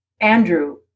Andrew